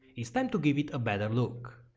s time to give it a better look.